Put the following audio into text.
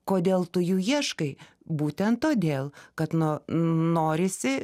kodėl tu jų ieškai būtent todėl kad nu norisi